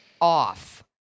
off